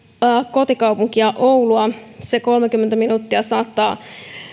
kotikaupunkiani oulua se kolmekymmentä minuuttia saattaa